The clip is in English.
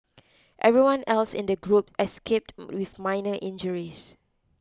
everyone else in the group escaped with minor injuries